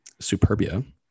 superbia